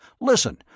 Listen